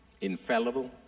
infallible